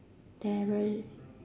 there were